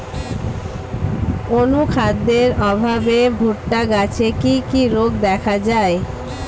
অনুখাদ্যের অভাবে ভুট্টা গাছে কি কি রোগ দেখা যায়?